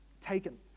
taken